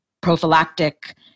prophylactic